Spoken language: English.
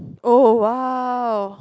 oh oh !wow!